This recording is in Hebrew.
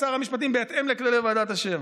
שר המשפטים: "בהתאם" לכללי ועדת אשר,